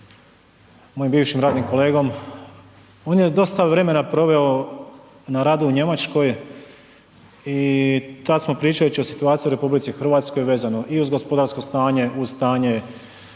mojim bivšim radnim kolegom. On ne dosta vremena proveo na radu u Njemačkoj i tada smo pričajući o situaciji u RH vezano i uz gospodarsko stanje, uz stanje